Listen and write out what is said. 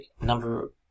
number